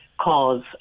cause